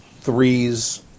Threes